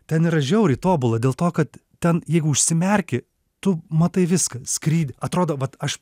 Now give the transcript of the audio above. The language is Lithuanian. ten yra žiauriai tobula dėl to kad ten jeigu užsimerki tu matai viskas skrydį atrodo vat aš